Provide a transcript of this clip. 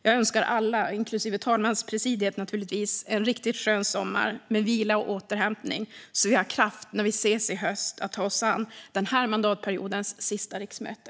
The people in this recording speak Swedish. Jag önskar alla - naturligtvis inklusive talmanspresidiet - en riktigt skön sommar med vila och återhämtning, så att vi när vi ses i höst har kraft att ta oss an den här mandatperiodens sista riksmöte.